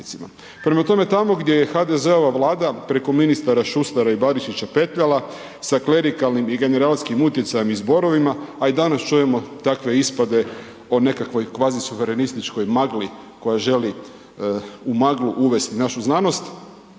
Prema tome, tamo gdje je HDZ-ova Vlada preko ministara Šustera i Barišića petljala, sa klerikalnim i generalskim utjecajem i zborovima, a i danas čujemo takve ispade o nekakvoj kvazisuverenističkoj magli koja želi u maglu uvesti našu znanost.